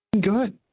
good